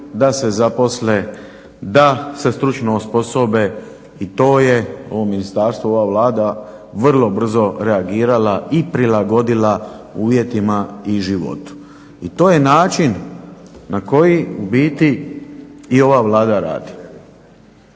da se zaposle da se stručno osposobe i to je, ovo ministarstvo, ova Vlada vrlo brzo reagirala i prilagodila uvjetima i životu. I to je način na koji u biti i ova Vlada radi.